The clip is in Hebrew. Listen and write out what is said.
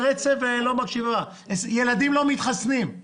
ילדים לא מתחסנים.